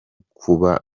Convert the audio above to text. kuba